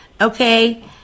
okay